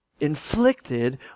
inflicted